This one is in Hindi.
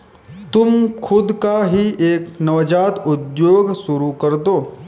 तुम खुद का ही एक नवजात उद्योग शुरू करदो